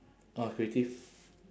ah creative